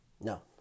No